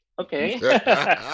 okay